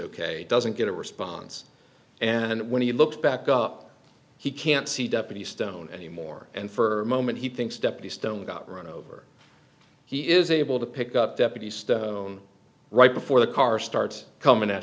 ok doesn't get a response and when he looked back up he can't see deputy stone anymore and for a moment he thinks deputy stone got run over he is able to pick up deputies right before the car starts coming at